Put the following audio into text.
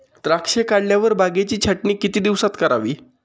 द्राक्षे काढल्यावर बागेची छाटणी किती दिवसात करावी?